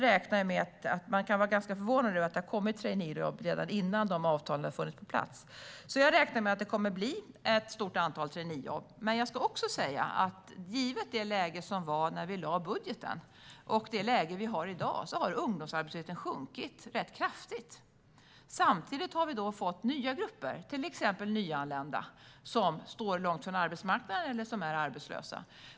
Man kan vara ganska förvånad över att det har kommit traineejobb redan innan de avtalen har kommit på plats. Jag räknar därför med att det kommer att bli ett stort antal traineejobb. Men jag ska också säga att givet det läge som rådde när vi lade budgeten och det läge vi har i dag har ungdomsarbetslösheten sjunkit rätt kraftigt. Samtidigt har vi fått nya grupper, till exempel nyanlända, som står långt från arbetsmarknaden eller är arbetslösa.